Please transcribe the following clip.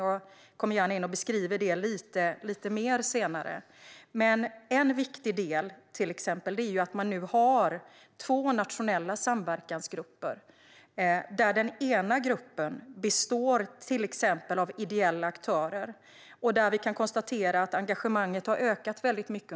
Jag beskriver det gärna lite mer senare. En viktig del är att man nu har två nationella samverkansgrupper, där den ena gruppen består till exempel av ideella aktörer. Vi kan konstatera att engagemanget har ökat väldigt mycket.